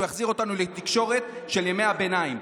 הוא יחזיר אותנו לתקשורת של ימי הביניים.